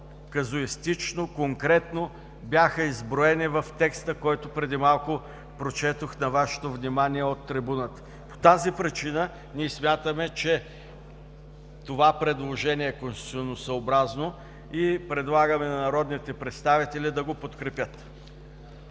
казуистично, конкретно бяха изброени в текста, който преди малко прочетох на Вашето внимание от трибуната. В тази причина ние смятаме, че това предложение е конституционосъобразно и предлагаме на народните представители да го подкрепят.